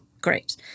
Great